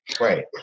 Right